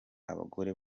abagore